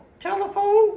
telephone